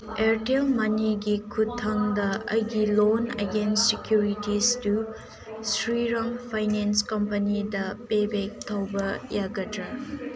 Airtel ꯃꯅꯤꯒꯤ ꯈꯨꯠꯊꯥꯡꯗ ꯑꯩꯒꯤ loan against securities to Shriram Finance ꯀꯝꯄꯅꯤꯗ ꯄꯦ ꯕꯦꯛ ꯇꯧꯕ ꯌꯥꯒꯗ꯭ꯔꯥ